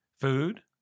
Food